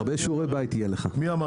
מי אמר